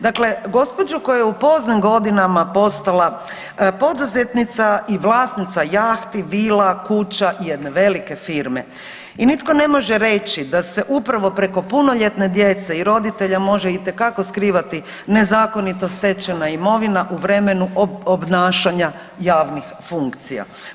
Dakle, gđu. koja je u poznim godinama postala poduzetnica i vlasnica jahti, vila, kuća i jedne velike firme i nitko ne može reći da se upravo preko punoljetne djece i roditelja može itekako skrivati nezakonito stečena imovina u vremenu obnašanja javnih funkcija.